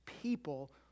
people